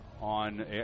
on